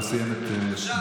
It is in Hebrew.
הוא סיים את זמנו.